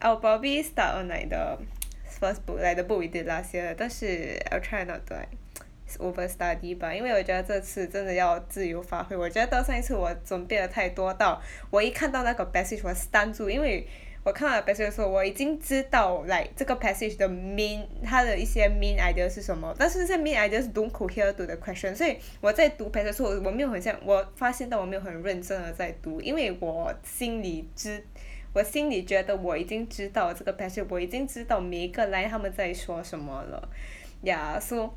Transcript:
I'll probably start on like the first book like the book we did last year 但是 I'll try to not to like overstudy bah 因为我觉得这次真的要自由发挥我觉得上一次我准备了太多到 我一看到那个 passage 我 stun 住因为 我看那个 passage 的时候我已经知道 like 这个 passsage 的 main 他的一些 main idea 是什么但这些 main ideas don't cohere to the question 所以 我在读 pa~ 的时候我没有很像我发现到我没有很认真的在读因为我心里知 我心里觉得我已经知道这个 passage 不会我已经知道每一个 line 他们在说什么了 ya so